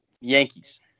Yankees